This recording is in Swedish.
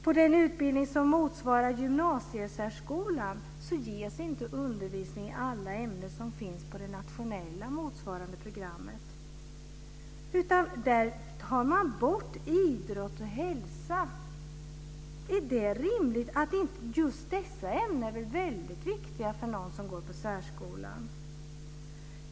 På den utbildning som motsvarar gymnasiesärskolan ges inte undervisning i alla ämnen som finns det nationella motsvarande programmet, utan där tar man bort idrott och hälsa. Är det rimligt? Just dessa ämnen är väldigt viktiga för någon som går på särskolan.